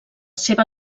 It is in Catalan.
seva